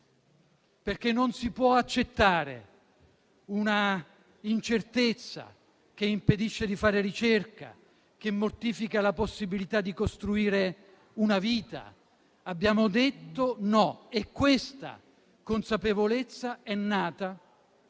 fatti. Non si può accettare una incertezza che impedisce di fare ricerca, che mortifica la possibilità di costruire una vita. Abbiamo detto no e questa consapevolezza è nata